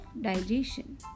digestion